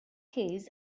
case